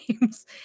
games